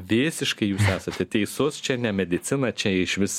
visiškai jūs esate teisus čia ne medicina čia išvis